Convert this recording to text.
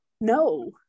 no